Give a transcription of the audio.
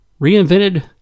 reinvented